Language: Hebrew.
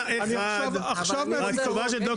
אני עכשיו -- הדעה של ד"ר גושן הייתה אחד,